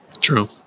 True